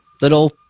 little